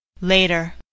Later